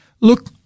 Look